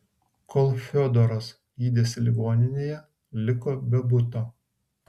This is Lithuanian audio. kol fiodoras gydėsi ligoninėje liko be buto